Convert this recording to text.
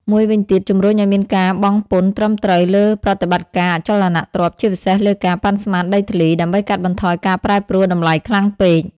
មួយវិញទៀត ជំរុញឲ្យមានការបង់ពន្ធត្រឹមត្រូវលើប្រតិបត្តិការអចលនទ្រព្យ ជាពិសេសលើការ ប៉ាន់ស្មានដីធ្លី ដើម្បីកាត់បន្ថយការប្រែប្រួលតម្លៃខ្លាំងពេក។